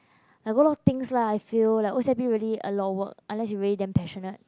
I gonna thinks lah I feel like O_C_I_P really a lot of work unless you really damn passionate